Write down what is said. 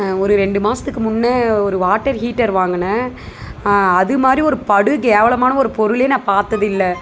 ஒரு ரெண்டு மாசத்துக்கு முன்ன ஒரு வாட்டர் ஹீட்டர் வாங்குன அது மாதிரி ஒரு படு கேவலமான ஒரு பொருளே நான் பார்த்ததில்ல